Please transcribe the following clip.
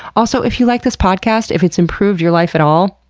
also, if you like this podcast, if it's improved your life at all,